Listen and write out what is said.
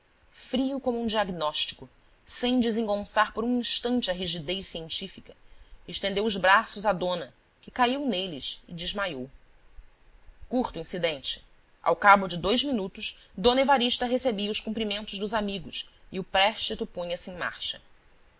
frio como diagnóstico sem desengonçar por um instante a rigidez científica estendeu os braços à dona que caiu neles e desmaiou curto incidente ao cabo de dois minutos d evarista recebia os cumprimentos dos amigos e o préstito punha-se em marcha